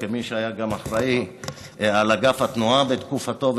כמי שהיה אחראי לאגף התנועה בתקופתו,